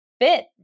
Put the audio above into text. fit